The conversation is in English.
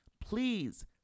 please